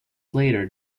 later